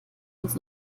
uns